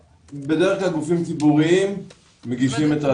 בדרך כלל גופים ציבוריים מגישים את התוכנית.